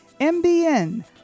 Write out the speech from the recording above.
MBN